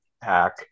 pack